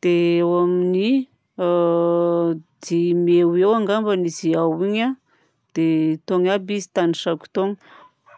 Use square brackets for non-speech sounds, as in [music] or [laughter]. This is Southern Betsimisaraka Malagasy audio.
Dia eo amin'ny [hesitation] dimy eo ho eo angmba izy ao igny a, dia itony aby izy tagnisaiko itony: